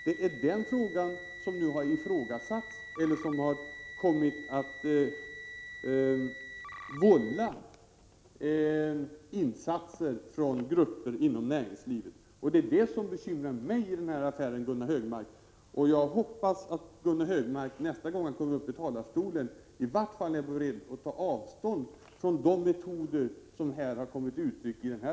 Det är den frågan som nu har föranlett åtgärder från grupper inom näringslivet, och det är det som bekymrar mig i den här affären. Jag hoppas att Gunnar Hökmark nästa gång han kommer upp i talarstolen i vart fall är beredd att ta avstånd från de metoder som har kommit till uttryck här.